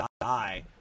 die